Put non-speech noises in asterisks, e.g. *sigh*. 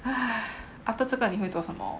*breath* after 这个你会做什么